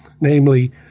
namely